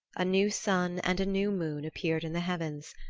a new sun and a new moon appeared in the heavens,